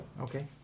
Okay